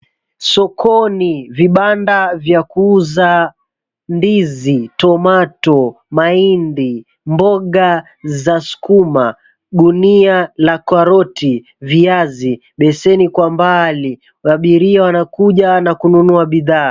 Sokoni vibanda vya kuuza ndizi, [𝑐𝑠]𝑡𝑜𝑚𝑎𝑡𝑜[𝑐𝑠], mahindi, mboga za sukuma, gunia la karoti, viazi beseni kwa mbali abiria wanakuja nakununua 𝑏𝑖𝑑ℎ𝑎𝑎.